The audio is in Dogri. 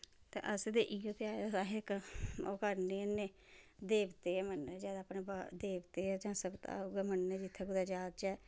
अस ते इयो अस ओह् करने होने देवते गै मन्नने जादै अपने देवते गै जां सप्ताह् गै मन्नने जित्थें कुतै जाह्च्चै